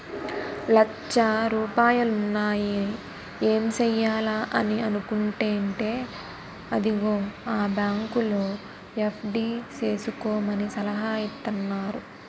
లచ్చ రూపాయలున్నాయి ఏం సెయ్యాలా అని అనుకుంటేంటే అదిగో ఆ బాంకులో ఎఫ్.డి సేసుకోమని సలహా ఇత్తన్నారు